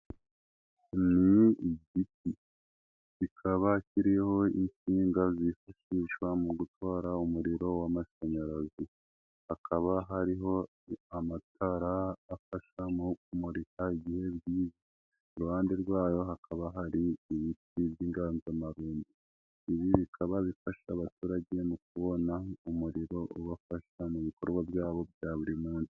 Ni igiti kikaba kiriho insinga zifashishwa mu gutwara umuriro w'amashanyarazi, hakaba hariho amatara afasha mu kumurika igihe bwije. Iruhande rwayo hakaba hari ibiti by'inganzamarumbo, ibi bikaba bifasha abaturage mu kubona umuriro ubafasha mu bikorwa byabo bya buri munsi.